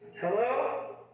Hello